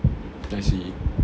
I see